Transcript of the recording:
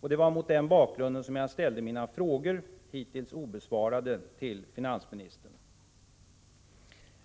Det var mot denna bakgrund som jag ställde mina frågor — hittills obesvarade — till finansministern.